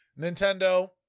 Nintendo